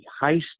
high